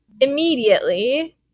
immediately